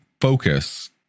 focus